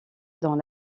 dans